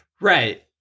Right